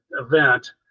event